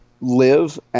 live